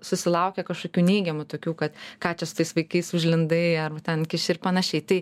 susilaukia kažkokių neigiamų tokių kad ką čia su tais vaikais užlindai arba ten ir panašiai tai